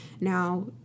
Now